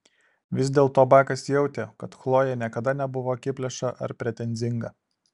vis dėlto bakas jautė kad chlojė niekada nebuvo akiplėša ar pretenzinga